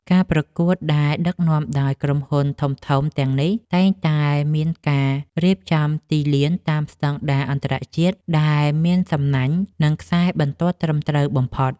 ការប្រកួតដែលដឹកនាំដោយក្រុមហ៊ុនធំៗទាំងនេះ តែងតែមានការរៀបចំទីលានតាមស្ដង់ដារអន្តរជាតិ ដែលមានសំណាញ់ និងខ្សែបន្ទាត់ត្រឹមត្រូវបំផុត។